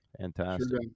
Fantastic